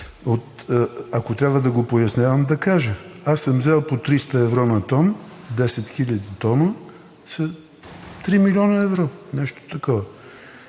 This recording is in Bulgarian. Ако трябва да го пояснявам, да кажа: аз съм взел по 300 евро на тон – 10 000 т са 3 млн. евро., нещо такова